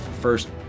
First